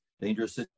dangerous